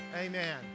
Amen